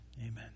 amen